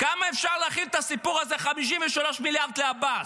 כמה אפשר להכיל את הסיפור הזה, 53 מיליארד לעבאס?